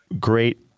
great